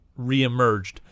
reemerged